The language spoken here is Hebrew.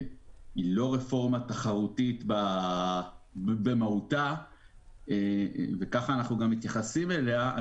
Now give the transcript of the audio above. היא לא רפורמה תחרותית במהותה וכך אנחנו גם מתייחסים אליה.